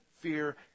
fear